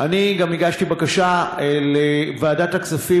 אני גם הגשתי בקשה לוועדת הכספים,